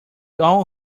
all